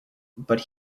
but